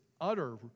utter